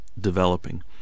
developing